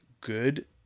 good